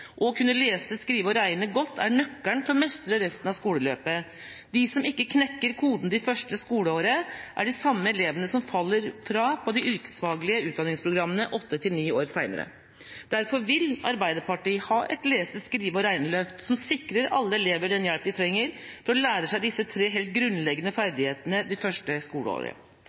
Å kunne lese, skrive og regne godt er nøkkelen til å mestre resten av skoleløpet. De som ikke knekker koden det første skoleåret, er de samme elevene som faller fra på de yrkesfaglige utdanningsprogrammene åtte til ni år senere. Derfor vil Arbeiderpartiet ha et lese-, skrive- og regneløft, som sikrer alle elever den hjelp de trenger til å lære seg disse tre helt grunnleggende